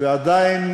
ועדיין